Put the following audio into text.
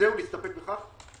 ולהסתפק בכך?